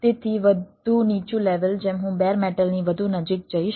તેથી વધુ નીચું લેવલ જેમ હું બેર મેટલની વધુ નજીક જઈશ